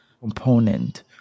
component